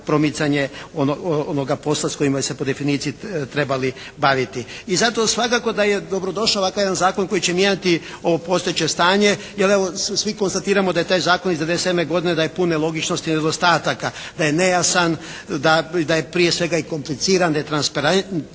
promicanje onoga posla s kojim bi se po definiciji trebali baviti. I zato svakako da je dobrodošao ovakav jedan Zakon koji će mijenjati ovo postojeće stanje jer evo svi konstatiramo da je taj zakon iz '97. godine da je pun nelogičnosti i nedostataka, da je nejasan, da je prije svega i kompliciran, da je netransparentan